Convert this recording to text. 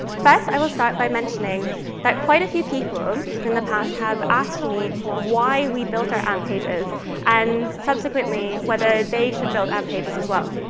i will start by mentioning that quite a few people in the past have asked me why we built our amp pages and, subsequently, whether they should build um pages, as well.